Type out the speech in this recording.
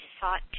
sought